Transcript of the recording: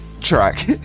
track